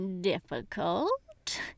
difficult